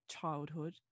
childhood